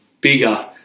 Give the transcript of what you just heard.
bigger